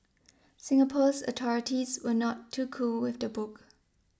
Singapore's authorities were not too cool with the book